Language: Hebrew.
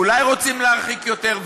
אולי רוצים להרחיק יותר?